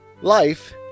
Life